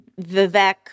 Vivek